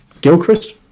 Gilchrist